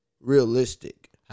realistic